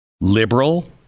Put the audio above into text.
liberal